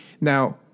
Now